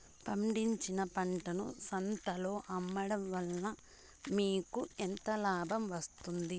పండించిన పంటను సంతలలో అమ్మడం వలన మీకు ఎంత లాభం వస్తుంది?